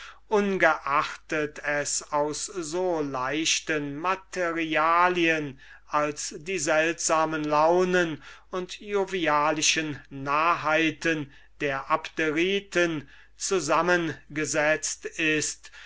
ungeachtet es aus so leichten materialien als die seltsamen launen und jovialischen narrheiten der abderiten sind zusammengesetzt ist